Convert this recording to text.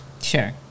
Sure